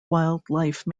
wildlife